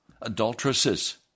adulteresses